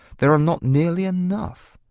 there are not nearly enough.